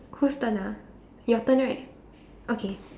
who's turn ah your turn right okay